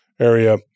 area